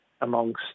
amongst